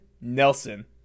Nelson